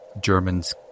Germans